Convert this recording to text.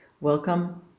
Welcome